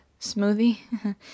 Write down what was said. smoothie